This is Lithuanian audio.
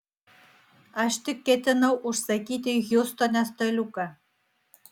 aš tik ketinau užsakyti hjustone staliuką